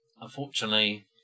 unfortunately